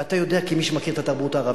ואתה יודע, כמי שמכיר את התרבות הערבית,